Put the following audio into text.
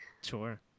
sure